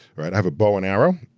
right? i have a bow and arrow,